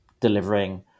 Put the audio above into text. delivering